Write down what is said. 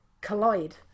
collide